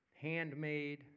handmade